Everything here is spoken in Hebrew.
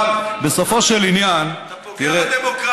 אבל בסופו של עניין, אתה פוגע בדמוקרטיה.